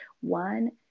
one